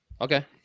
okay